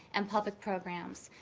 and public programs.